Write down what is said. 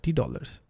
dollars